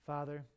Father